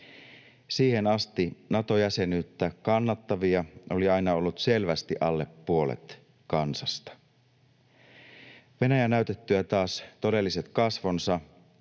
Siihen asti Nato-jäsenyyttä kannattavia oli aina ollut selvästi alle puolet kansasta. Venäjän näytettyä taas todelliset kasvonsa